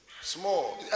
Small